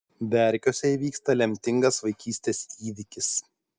verkiuose įvyksta lemtingas vaikystės įvykis